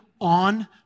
on